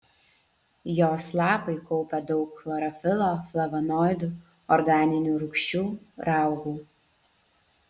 jos lapai kaupia daug chlorofilo flavonoidų organinių rūgščių raugų